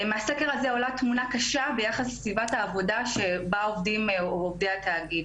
מהסקר הזה עולה תמונה קשה ביחס לסביבת העבודה שבה עובדים עובדי התאגיד.